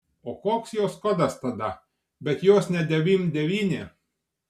o koks jos kodas tada bet jos ne devym devyni